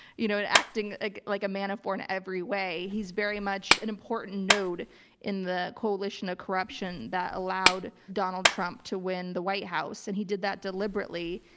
you know, and acting like like manafort in every way. he's very much an important node in the coalition of corruption that allowed donald trump to win the white house. and he did that deliberately.